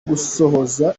gusohoza